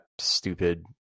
stupid